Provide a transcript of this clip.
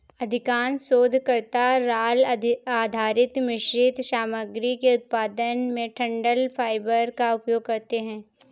अधिकांश शोधकर्ता राल आधारित मिश्रित सामग्री के उत्पादन में डंठल फाइबर का उपयोग करते है